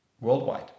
worldwide